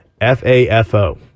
F-A-F-O